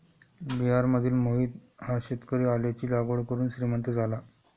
बिहारमधील मोहित हा शेतकरी आल्याची लागवड करून श्रीमंत झाला